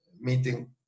meeting